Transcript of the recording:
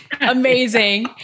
Amazing